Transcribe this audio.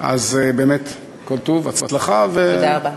אז באמת כל טוב, הצלחה, תודה רבה.